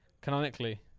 Canonically